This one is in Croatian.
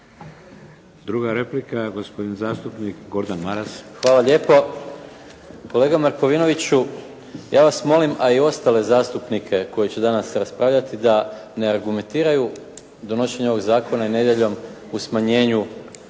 Druga replika gospodin zastupnik Gordan Maras. **Maras, Gordan (SDP)** Hvala lijepo. Kolega Markovinoviću, ja vas molim a i ostale zastupnike koji će danas raspravljati da ne argumentiraju donošenje ovog zakona i nedjeljom u smanjenju